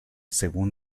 según